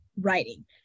writing